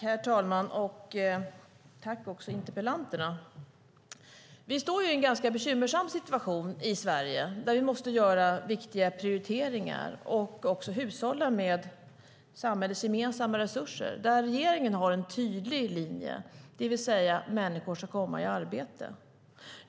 Herr talman! Tack till interpellanterna! Vi har en ganska bekymmersam situation i Sverige där vi måste göra viktiga prioriteringar och också hushålla med samhällets gemensamma resurser. Regeringen har en tydlig linje, det vill säga människor ska komma i arbete.